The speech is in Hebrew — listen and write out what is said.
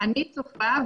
אני צופה,